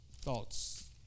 thoughts